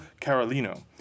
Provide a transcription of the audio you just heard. Carolino